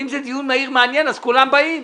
ואם זה דיון מהיר מעניין, כולם באים.